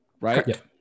right